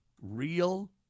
real